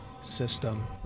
system